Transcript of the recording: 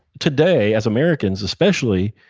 today, as americans especially,